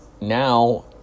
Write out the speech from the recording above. now